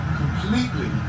completely